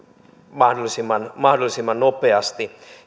mahdollisimman mahdollisimman nopeasti